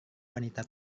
wanita